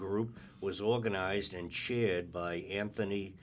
group was organized and shared by anthony